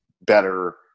better